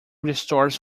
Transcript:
restores